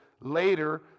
later